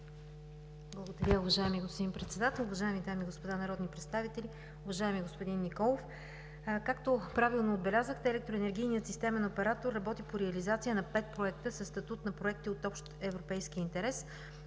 Благодаря, уважаеми господин Председател. Уважаеми дами и господа народни представители! Уважаеми господин Николов, както правилно отбелязахте, Електроенергийният системен оператор работи по реализация на пет проекта със статут на проекти от общ европейски интерес,